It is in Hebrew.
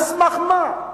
על סמך מה?